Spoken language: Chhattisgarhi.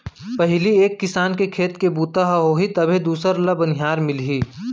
पहिली एक किसान के खेत के बूता ह होही तभे दूसर ल बनिहार मिलही